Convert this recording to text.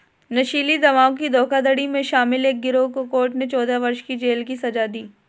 नशीली दवाओं की धोखाधड़ी में शामिल एक गिरोह को कोर्ट ने चौदह वर्ष की जेल की सज़ा दी